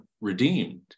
redeemed